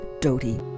Doty